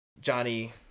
Johnny